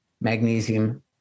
magnesium